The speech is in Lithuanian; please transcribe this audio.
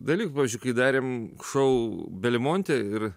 dalykų pavyzdžiui kai darėm šou belmonte ir